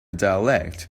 dialect